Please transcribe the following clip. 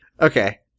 Okay